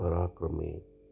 पराक्रमी